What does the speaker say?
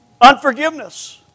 Unforgiveness